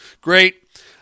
Great